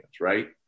right